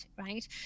right